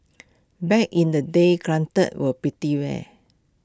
back in the day granted were pretty rare